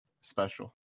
special